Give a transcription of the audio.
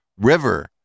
river